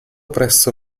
presso